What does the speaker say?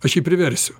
aš jį priversiu